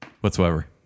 whatsoever